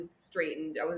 straightened